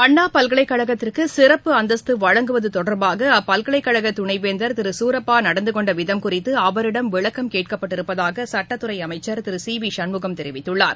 அண்ணா பல்கலைக்கழகத்திற்கு சிறப்பு அந்தஸ்து வழங்குவது தொடர்பாக அப்பல்கலைக்கழகத்தின் துணை வேந்தர் திரு சூரப்பா நடந்து கொண்ட விதம் குறித்து அவரிடம் விளக்கம் கேட்கப்பட்டிருப்பதாக சட்டத்துறை அமைச்சர் திரு சி வி சண்முகம் தெரிவித்துள்ளார்